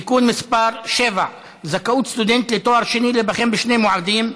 (תיקון מס' 7) (זכאות סטודנט לתואר שני להיבחן בשני מועדים).